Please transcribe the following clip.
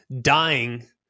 dying